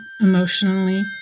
emotionally